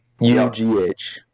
U-G-H